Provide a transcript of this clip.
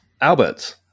Albert